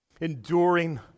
Enduring